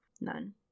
None